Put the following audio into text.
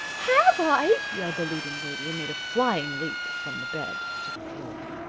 have i! yelled the leading lady. and made a flying leap from the bed to the floor.